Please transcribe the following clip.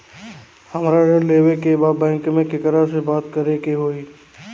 हमरा ऋण लेवे के बा बैंक में केकरा से बात करे के होई?